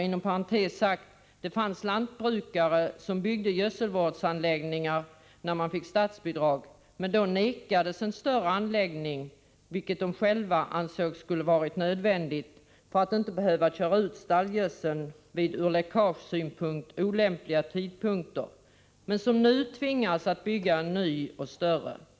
Inom parentes sagt finns det lantbrukare som då de byggde gödselvårdsanläggningar till vilka man fick statsbidrag vägrades en anläggning av den storlek som de själva ansåg nödvändig för att inte behöva köra ut stallgödseln vid av Nr 39 läckagesynpunkt olämpliga tidpunkter och som nu tvingas bygga en ny och Onsdagen den större anläggning.